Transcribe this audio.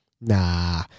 Nah